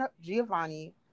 Giovanni